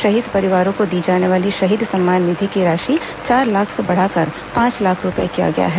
शहीद परिवारों को दी जाने वाली शहीद सम्मान निधि की राशि चार लाख से बढ़ाकर पांच लाख रूपये किया गया है